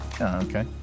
Okay